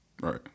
Right